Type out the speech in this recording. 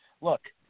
look